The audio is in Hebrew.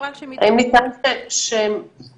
שכן החוק